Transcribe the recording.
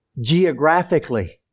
geographically